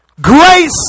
Grace